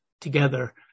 together